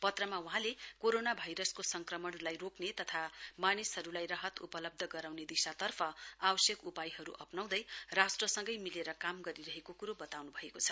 पत्रमा वहाँले कोरोना भाइरसको संक्रमणलाई रोक्ने तथा मानिसहरुलाई राहत उपलब्ध गराउने दिशातर्फ आवश्यक उपायहरु अप्राउँदै राष्ट्रसँगै मिलेर काम गरिरहेको कुरो वताउनु भएको छ